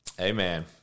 Amen